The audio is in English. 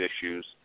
issues